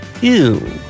Ew